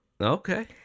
Okay